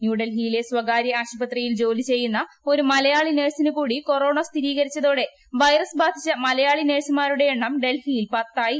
ന്യൂഡൽഹിയിലെ സ്വകാര്യ ആശുപത്രിയിൽ ജോലി ചെയ്യുന്ന ഒരു മലയാളി നഴ്സിനുകൂടി കൊറോണ സ്ഥിരീകരിച്ചതോടെ വൈറസ് ബ്ദ്യാധിച്ച മലയാളി നഴ്സുമാരുടെ എണ്ണം ഡൽഹിയിൽ പത്തുടിയി